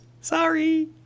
sorry